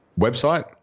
website